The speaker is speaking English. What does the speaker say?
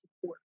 support